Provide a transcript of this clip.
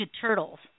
Turtles